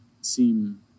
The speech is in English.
seem